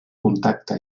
contacte